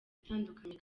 itandukanye